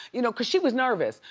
you know, cause she was nervous.